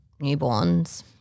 newborns